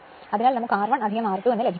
അതിനാൽ നമുക്ക് R1 R2 ലഭിക്കും